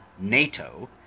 NATO